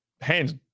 hands